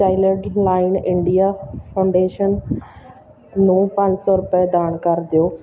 Childline India Foundation ਨੂੰ ਪੰਜ ਸੌ ਰੁਪਏ ਦਾਨ ਕਰ ਦਿਓ